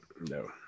No